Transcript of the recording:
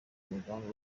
umugambi